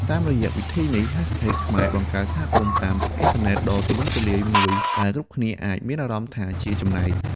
តាមរយៈវិធីនេះ hashtags ខ្មែរបង្កើតសហគមន៍តាមអ៊ីនធឺណិតដ៏ទូលំទូលាយមួយ ដែលគ្រប់គ្នាអាចមានអារម្មណ៍ថាជាចំណែក។